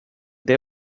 they